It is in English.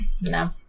No